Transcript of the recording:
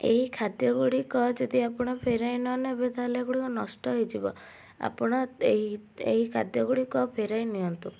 ଏହି ଖାଦ୍ୟଗୁଡ଼ିକ ଯଦି ଆପଣ ଫେରାଇ ନନେବେ ତା'ହାଲେ ଏଗୁଡ଼ିକ ନଷ୍ଟ ହେଇଯିବ ଆପଣ ଏହି ଏହି ଖାଦ୍ୟଗୁଡ଼ିକ ଫେରେଇନିଅନ୍ତୁ